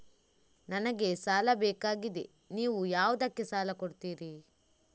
ನನಗೆ ಸಾಲ ಬೇಕಾಗಿದೆ, ನೀವು ಯಾವುದಕ್ಕೆ ಸಾಲ ಕೊಡ್ತೀರಿ?